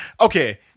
okay